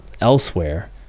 elsewhere